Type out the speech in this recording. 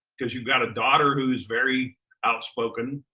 cause you've got a daughter who's very outspoken.